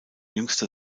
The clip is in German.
jüngster